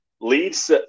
leads